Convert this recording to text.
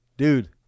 dude